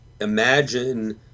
imagine